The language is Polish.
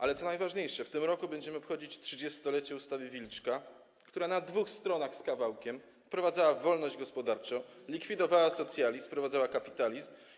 Ale co najważniejsze, w tym roku będziemy obchodzić 30-lecie ustawy Wilczka, która na dwóch stronach z kawałkiem wprowadzała wolność gospodarczą, likwidowała socjalizm, wprowadzała kapitalizm.